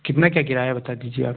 कितना क्या किराया बता दीजिए आप